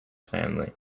family